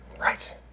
Right